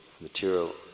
Material